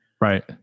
right